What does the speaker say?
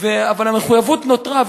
אבל המחויבות נותרה,